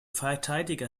verteidiger